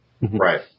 Right